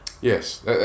Yes